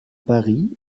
paris